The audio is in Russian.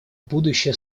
будущее